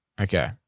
Okay